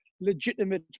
legitimate